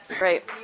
Right